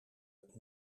het